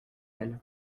elle